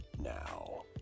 now